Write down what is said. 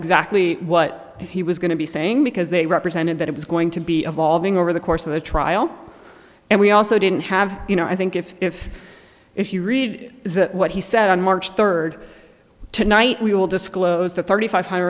exactly what he was going to be saying because they represented that it was going to be of all being over the course of the trial and we also didn't have you know i think if if if you read that what he said on march third tonight we will disclose the thirty five hi